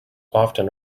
often